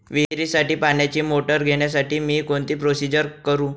विहिरीसाठी पाण्याची मोटर घेण्यासाठी मी कोणती प्रोसिजर करु?